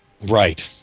Right